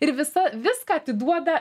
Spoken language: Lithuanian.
ir visa viską atiduoda